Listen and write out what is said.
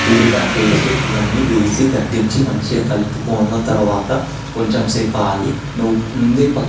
ఉల్లిపాయ పేస్ట్ ఇవన్నీ వేసి దట్టించి మంచిగా కలుపుకొన్న తరువాత కొంచెం సేపు ఆగి నువ్వు ముందే ప్రక్క